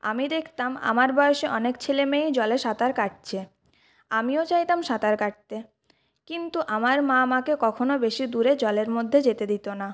আমি দেখতাম আমার বয়সি অনেক ছেলেমেয়েই জলে সাঁতার কাটছে আমিও চাইতাম সাঁতার কাটতে কিন্তু আমার মা আমাকে কখনো বেশি দূরে জলের মধ্যে যেতে দিত না